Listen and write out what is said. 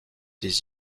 des